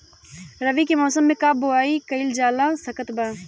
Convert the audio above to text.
रवि के मौसम में का बोआई कईल जा सकत बा?